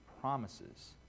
promises